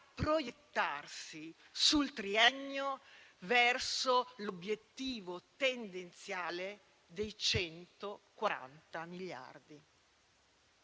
proiettarsi sul triennio verso l'obiettivo tendenziale dei 140 miliardi.